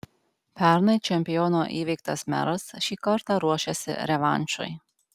pernai čempiono įveiktas meras šį kartą ruošiasi revanšui